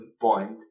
point